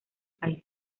país